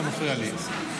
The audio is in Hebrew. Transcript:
אתה מפריע לי,